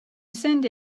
send